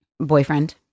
boyfriend